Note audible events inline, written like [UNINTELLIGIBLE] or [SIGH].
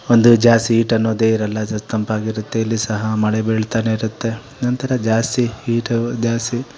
ಒಂದು ಜಾಸ್ತಿ ಈಟ್ ಅನ್ನೋದೇ ಇರೋಲ್ಲ [UNINTELLIGIBLE] ತಂಪಾಗಿರತ್ತೆ ಇಲ್ಲಿ ಸಹ ಮಳೆ ಬೀಳ್ತಾನೆ ಇರುತ್ತೆ ನಂತರ ಜಾಸ್ತಿ ಹೀಟವ ಜಾಸ್ತಿ